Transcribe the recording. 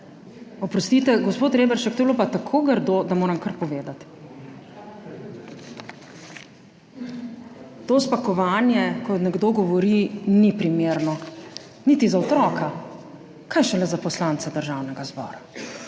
Oprostite, gospod Reberšek, to je bilo pa tako grdo, da moram kar povedati. To spakovanje, ko nekdo govori ni primerno niti za otroka, kaj šele za poslance Državnega zbora.